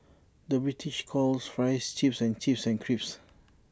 the British calls Fries Chips and chips and crisps